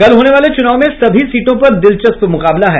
कल होने वाले चुनाव में सभी सीटों पर दिलचस्प मुकाबला है